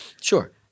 Sure